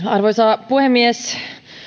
arvoisa puhemies